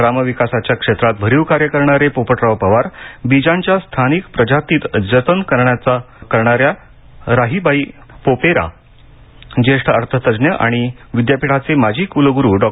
ग्रामविकासाच्या क्षेत्रात भरीव कार्य करणारे पोपटराव पवार बीजांच्या स्थानिक प्रजातींचे जतन करणाऱ्या राहिबाई पोपेरे ज्येष्ठ अर्थतज्ज्ञ आणि विद्यापीठाचे माजी कुलग़रू डॉ